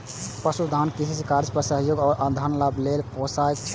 पशुधन किसान कृषि कार्य मे सहयोग आ आन लाभ लेल पोसय छै